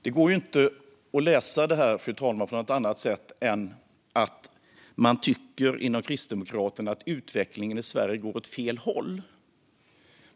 Det går inte att läsa det här på något annat sätt än att man inom Kristdemokraterna tycker att utvecklingen i Sverige går åt fel håll.